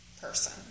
person